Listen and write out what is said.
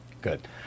Good